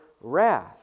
wrath